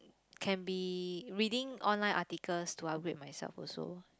can be reading online articles to upgrade myself also